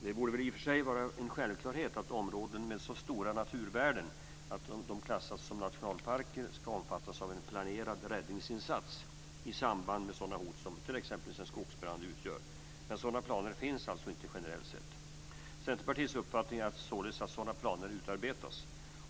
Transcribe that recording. Det borde i och för sig vara en självklarhet att områden med så stora naturvärden att de klassats som nationalparker ska omfattas av en planerad räddningsinsats i samband med sådana hot som t.ex. en skogsbrand utgör, men sådana planer finns inte generellt sett. Centerpartiets uppfattning är således att sådana planer utarbetas.